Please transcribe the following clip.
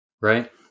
right